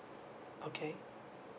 okay